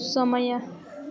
समय